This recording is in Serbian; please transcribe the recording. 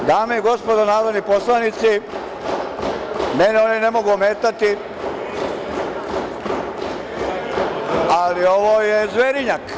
Dame i gospodo narodni poslanici, mene oni ne mogu ometati, ali ovo je zverinjak.